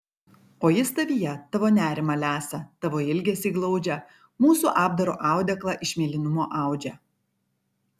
o jis tavyje tavo nerimą lesa tavo ilgesį glaudžia mūsų apdaro audeklą iš mėlynumo audžia